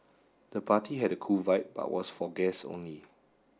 the party had a cool vibe but was for guests only